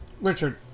richard